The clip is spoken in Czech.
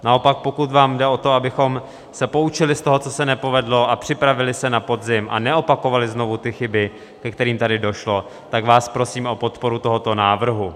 Naopak pokud vám jde o to, abychom se poučili z toho, co se nepovedlo, připravili se na podzim a neopakovali znovu ty chyby, ke kterým tady došlo, tak vás prosíme o podporu tohoto návrhu.